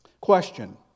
Question